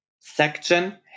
section